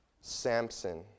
Samson